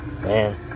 Man